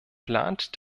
plant